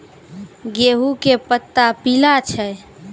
गेहूँ के पत्ता पीला छै?